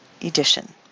Edition